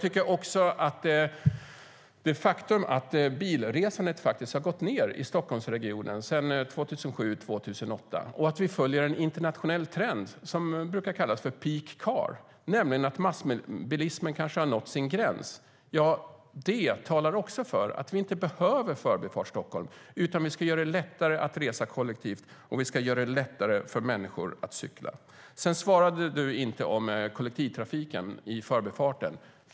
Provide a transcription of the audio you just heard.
Det är ett faktum att bilresandet har gått ned i Stockholmsregionen sedan 2007, 2008. Vi följer en internationell trend som brukar kallas för peak car, nämligen att bilismen kanske har nått sin gräns. Det talar också för att vi inte behöver Förbifart Stockholm. Vi ska göra det lättare att resa kollektivt, och vi ska göra det lättare för människor att cykla. Du svarade inte på frågan om kollektivtrafiken i förbifarten.